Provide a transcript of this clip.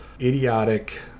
idiotic